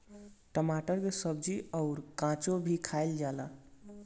टमाटर के सब्जी अउर काचो भी खाएला जाला